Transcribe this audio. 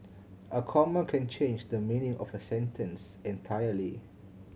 a comma can change the meaning of a sentence entirely